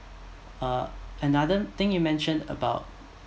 uh another thing you mention about